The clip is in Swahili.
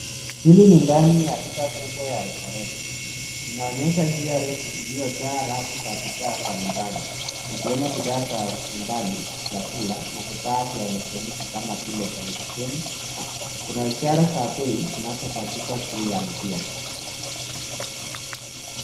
Hili ni ndani ya duka kubya ya rejareja. Inaonyesha njia refu iliyojaa rafu za bidhaa mbalimbali zikiwemo bidhaa za kinyumbani, vyakula na vifaa vya elektroniki kama vile televisheni. Kuna ishara za bei zinazo pajikwa juu ya njia.